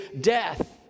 death